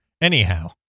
Anyhow